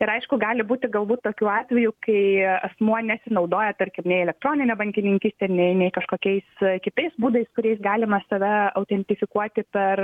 ir aišku gali būti galbūt tokių atvejų kai asmuo nesinaudoja tarkim nei elektronine bankininkyste nei nei kažkokiais kitais būdais kuriais galima save autentifikuoti per